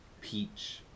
peach